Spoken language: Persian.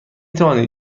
توانید